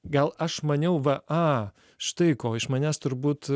gal aš maniau va a štai ko iš manęs turbūt